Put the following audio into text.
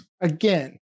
again